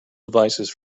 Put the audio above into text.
devices